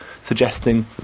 suggesting